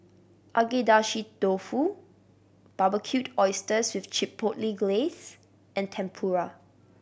Agedashi Dofu Barbecued Oysters with Chipotle Glaze and Tempura